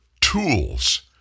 tools